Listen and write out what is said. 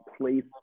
place